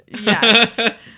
Yes